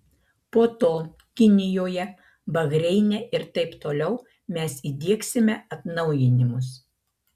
po to kinijoje bahreine ir taip toliau mes įdiegsime atnaujinimus